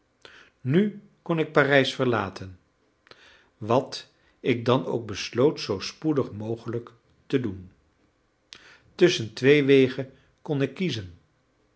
nu kon ik parijs verlaten wat ik dan ook besloot zoo spoedig mogelijk te doen tusschen twee wegen kon ik kiezen